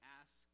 ask